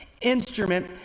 instrument